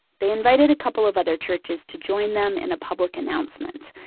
they invited a couple of other churches to join them in a public announcement.